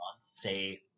say